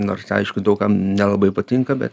nors aišku daug kam nelabai patinka be